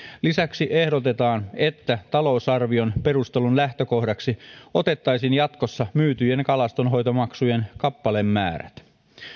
lisäksi ehdotetaan että talousarvion perustelun lähtökohdaksi otettaisiin jatkossa myytyjen kalastonhoitomaksujen kappalemäärät